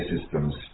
systems